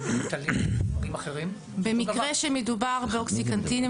במקרה שמדובר באוקסיקונטין,